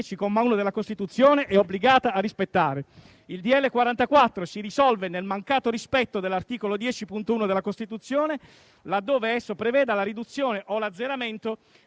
1 Costituzione è obbligata a rispettare. Il DL n. 44 si risolve nel mancato rispetto *dell'Articolo 10.1 della Costituzione*, laddove esso preveda la riduzione o l'azzeramento